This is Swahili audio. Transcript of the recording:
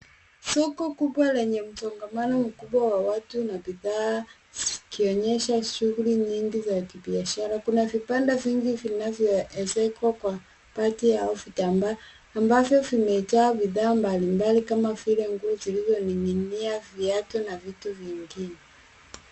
Soko kubwa lenye msongamano mkubwa wa watu na bidhaa zikionyesha shughuli nyingi za kibiashara. Kuna vibanda vingi vinavyoezekwa kwa bati au vitambaa ambavyo vimejaa bidhaa mbali mbali kama vile nguo zilizo ning'inia viatu na vitu vingine.